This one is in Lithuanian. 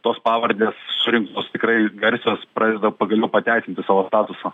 tos pavardės surinktos tikrai garsios pradeda pagaliau pateisinti savo statusą